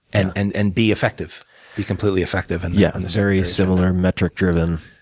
and and and be effective. be completely effective and yeah on the very similar, metric-driven,